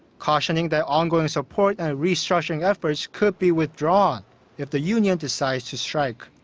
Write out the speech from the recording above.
cautioning that ongoing support and restructuring efforts could be withdrawn if the union decides to strike.